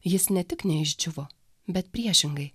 jis ne tik neišdžiūvo bet priešingai